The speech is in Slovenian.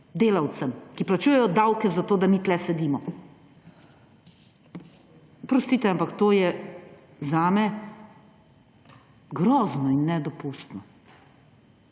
delavcem, ki plačujejo davke, zato da mi tu sedimo. Oprostite, ampak to je zame grozno in nedopustno.